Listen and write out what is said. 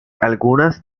algunas